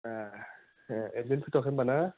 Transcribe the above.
ए ए एडमिट होथआखै होनबा ना